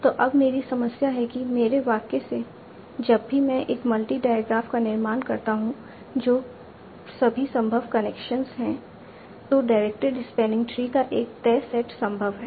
तो अब मेरी समस्या है कि मेरे वाक्य से जब भी मैं एक मल्टी डायग्राफ का निर्माण करता हूं जो सभी संभव कनेक्शन हैं तो डायरेक्टेड स्पैनिंग ट्री का एक तय सेट संभव है